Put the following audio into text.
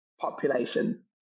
population